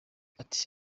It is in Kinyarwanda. ati